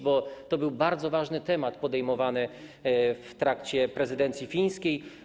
Był to bardzo ważny temat podejmowany w trakcie prezydencji fińskiej.